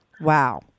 Wow